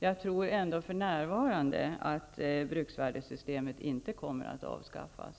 För närvarande tror jag ändå att bruksvärdessystemet inte kommer att avskaffas.